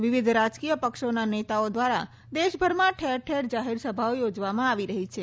વિવિધ રાજકીય પક્ષોના નેતાઓ દ્વારા દેશભરમાં ઠેર ઠેર જાહેરસભાઓ યોજવામાં આવી રહી છે